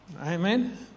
Amen